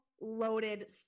loaded